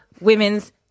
women's